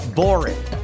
boring